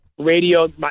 Radio